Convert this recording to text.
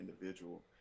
individual